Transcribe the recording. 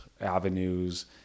avenues